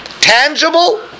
tangible